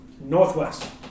Northwest